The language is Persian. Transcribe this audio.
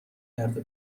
کرده